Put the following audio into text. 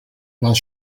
while